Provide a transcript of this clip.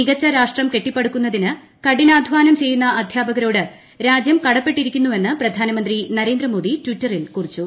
മികച്ച രാഷ്ട്രം കെട്ടിപ്പടുക്കുന്നതിനു കഠിനാധ്വാനം ചെയ്യുന്ന അധ്യാപകരോട് രാജ്യം കടപ്പെട്ടിരിക്കുന്നുവെന്ന് പ്രധാനമന്ത്രി നരേന്ദ്ര മോദി ടിറ്ററിൽ കുറിച്ചു